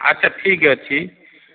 ଆଚ୍ଛା ଠିକ୍ ଅଛି